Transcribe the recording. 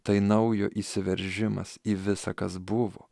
tai naujo įsiveržimas į visa kas buvo